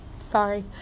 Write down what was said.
Sorry